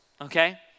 okay